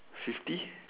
fifty